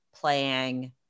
playing